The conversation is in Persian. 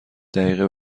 دقیقه